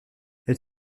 elle